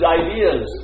ideas